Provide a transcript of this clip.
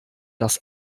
dass